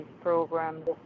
programs